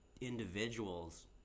individuals